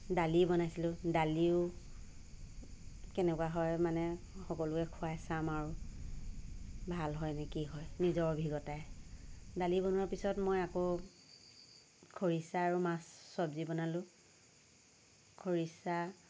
দালি বনাইছিলোঁ দালিও কেনেকুৱা হয় মানে সকলোকে খোৱাই চাম আৰু ভাল হয় নে কি হয় নিজৰ অভিজ্ঞতাৰে দালি বনোৱাৰ পিছত মই আকৌ খৰিছা আৰু মাছ চব্জি বনালোঁ খৰিছা